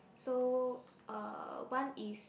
so uh one is